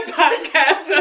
podcast